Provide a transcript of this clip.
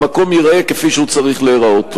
והמקום ייראה כפי שהוא צריך להיראות.